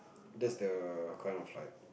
that's the kind of like